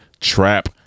trap